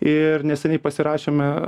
ir neseniai pasirašėme